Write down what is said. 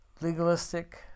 legalistic